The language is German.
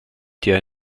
der